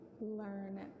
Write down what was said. learn